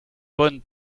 bonne